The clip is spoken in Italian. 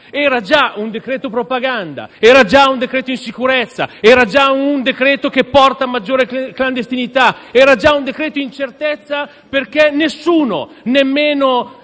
Era già un decreto propaganda, era già un decreto insicurezza, era già un decreto che porta maggiore clandestinità, era già un decreto incertezza perché nessuno, nemmeno